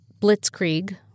blitzkrieg